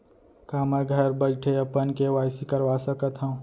का मैं घर बइठे अपन के.वाई.सी करवा सकत हव?